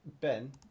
Ben